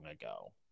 ago